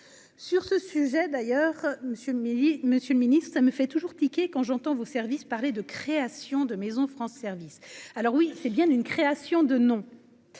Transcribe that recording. sur ce sujet d'ailleurs Monsieur le midi Monsieur le Ministre, ça me fait toujours tiquer quand j'entends vos services parler de création de Maisons France service alors oui, c'est bien une création de non,